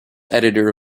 editor